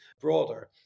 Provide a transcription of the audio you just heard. broader